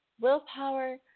Willpower